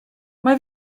mae